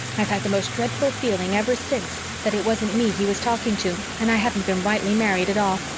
i've had the most dreadful feeling ever since that it wasn't me he was talking to and i haven't been rightly married at all.